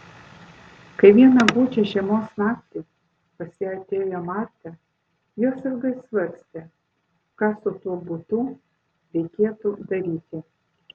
kai vieną gūdžią žiemos naktį pas ją atėjo marta jos ilgai svarstė ką su tuo butu reikėtų daryti